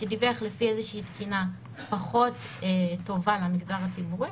שדיווח לפי איזושהי תקינה פחות טובה למגזר הציבורי,